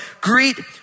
greet